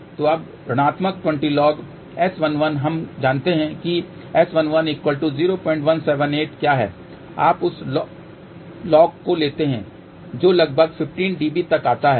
तो अब ऋणात्मक 20 log S11 हम जानते हैं कि S11 0178 क्या है आप उस log को लेते हैं जो लगभग 15 dB तक आता है